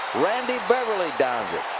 randy beverly downs it.